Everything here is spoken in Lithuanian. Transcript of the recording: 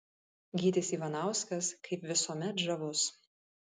gytis ivanauskas kaip visuomet žavus